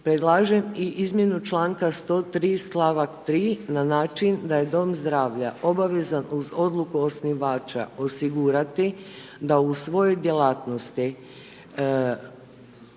Predlažem i izmjenu čl. 103., st. 3. na način da je dom zdravlja obavezan uz odluku osnivača osigurati da u svojoj djelatnosti